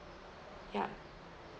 ya